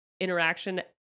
interaction